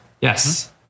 Yes